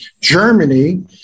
Germany